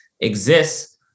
exists